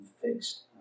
fixed